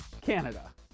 Canada